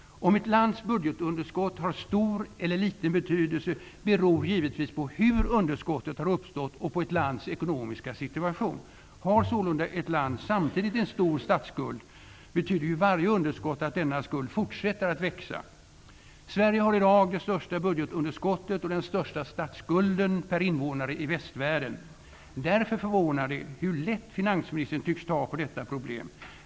Om ett lands budgetunderskott har stor eller liten betydelse beror givetvis på hur underskottet har uppstått och på ett lands ekonomiska situation. Har sålunda ett land samtidigt en stor statsskuld, betyder ju varje underskott att denna skuld fortsätter att växa. Sverige har i dag det största budgetunderskottet och den största statsskulden per invånare i västvärlden. Därför förvånar det hur lätt finansministern tycks ta på detta problem.